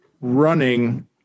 Running